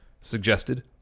suggested